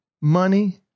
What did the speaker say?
money